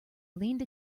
leaned